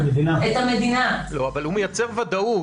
אבל הוא מייצר ודאות.